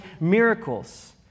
miracles